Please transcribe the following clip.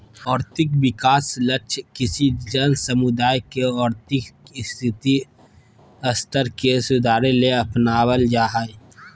और्थिक विकास लक्ष्य किसी जन समुदाय के और्थिक स्थिति स्तर के सुधारेले अपनाब्ल जा हइ